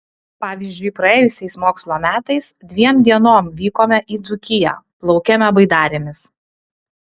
pavyzdžiui praėjusiais mokslo metais dviem dienom vykome į dzūkiją plaukėme baidarėmis